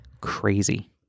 crazy